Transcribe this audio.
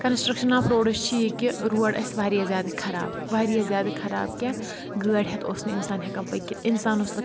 construction of roads چھِ یہِ کہِ روڈ ٲسۍ واریاہ زیادٕ خَراب واریاہ زیادٕ خَراب کہنٛہہ گٲڑۍ ہؠتھ اوس نہٕ اِنسان ہؠکان پٔکِتھ اِنسان اوس نہٕ